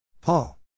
Paul